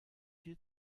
viel